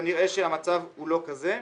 כנראה שהמצב הוא לא כזה.